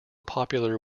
popular